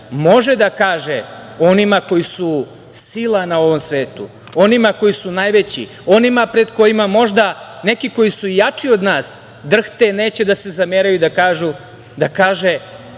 može da kaže onima koji su sila na ovom svetu, onima koji su najveći, onima pred kojima možda, neki koji su jači od nas, drhte i neće da se zameraju i da kaže